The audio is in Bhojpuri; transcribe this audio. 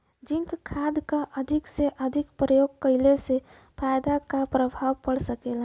जिंक खाद क अधिक से अधिक प्रयोग कइला से फसल पर का प्रभाव पड़ सकेला?